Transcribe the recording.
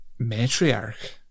matriarch